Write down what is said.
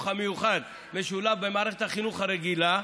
המיוחד משולב במערכת החינוך הרגילה,